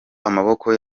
amaboko